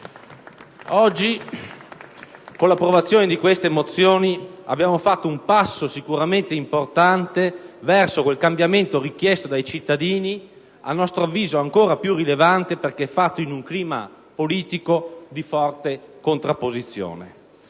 Oggi, con l'approvazione di queste mozioni, abbiamo fatto un passo sicuramente importante verso quel cambiamento richiesto dai cittadini, a nostro avviso ancora più rilevante perché fatto in un clima politico di forte contrapposizione.